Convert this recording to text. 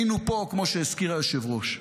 היינו פה, כמו שהזכיר היושב-ראש,